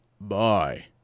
bye